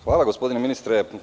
Hvala, gospodine ministre.